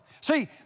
See